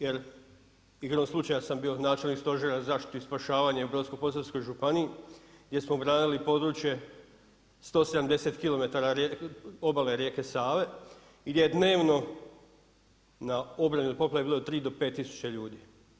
Jer igrom slučaja sam bio načelnik Stožera za zaštitu i spašavanje u Brodsko-posavskoj županiji gdje smo branili područje 170 km obale rijeke Save i gdje je dnevno na obrani od poplave bilo 3 do 5000 ljudi.